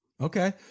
Okay